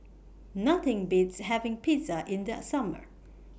Nothing Beats having Pizza in The Summer